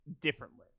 differently